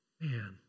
Man